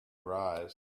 arise